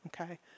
okay